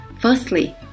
Firstly